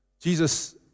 Jesus